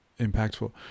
impactful